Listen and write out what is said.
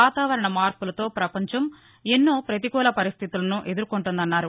వాతావరణ మార్పులతో పపంచం ఎన్నో పతికూల పరిస్దితులను ఎదుర్కౌంటోందన్నారు